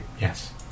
yes